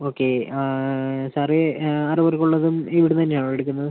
okay sir ആറു പേര്ക്കുള്ളതും ഇവിടെനിന്ന് തന്നെയാണോ എടുക്കുന്നത്